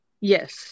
Yes